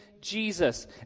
Jesus